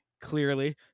Clearly